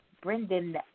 Brendan